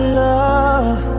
love